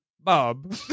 Bob